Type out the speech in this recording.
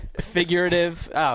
Figurative